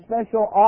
special